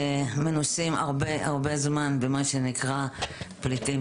מנוסים הרבה זמן במה שנקרא פליטים,